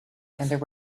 there